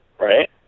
right